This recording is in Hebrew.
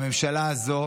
שהממשלה הזו